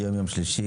היום יום שלישי,